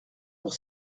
pour